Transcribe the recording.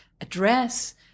address